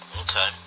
Okay